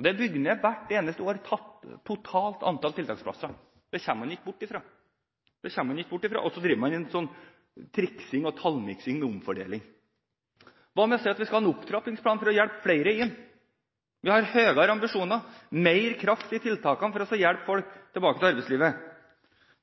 Hvert eneste år er totalt antall tiltaksplasser bygget ned. Det kommer en ikke bort ifra. Man driver med triksing og tallmiksende omfordeling. Hva med å si at vi skal ha en opptrappingsplan for å hjelpe flere inn, at vi skal ha høyere ambisjoner og mer kraft i tiltakene for å hjelpe folk tilbake til arbeidslivet?